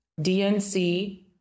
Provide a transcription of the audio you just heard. DNC